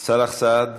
שנייה.